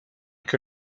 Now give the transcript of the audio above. que